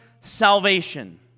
salvation